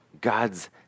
God's